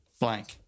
blank